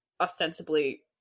ostensibly